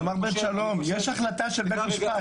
אבל מר בן שלום, יש החלטה של בית המשפט.